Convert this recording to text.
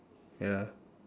ya